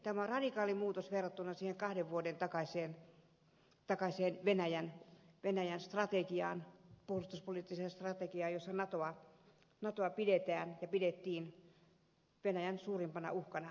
tämä on radikaali muutos verrattuna siihen kahden vuoden takaiseen venäjän puolustuspoliittiseen strategiaan jossa natoa pidetään ja pidettiin venäjän suurimpana uhkana